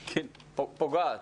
מדייקת.